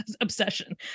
obsession